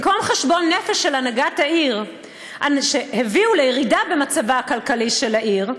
במקום חשבון נפש של הנהגת העיר על שהביאו לירידה במצבה הכלכלי של העיר,